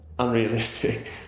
unrealistic